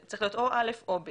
זה צריך להיות או א' או ב'.